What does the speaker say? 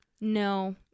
No